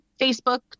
Facebook